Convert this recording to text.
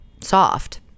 soft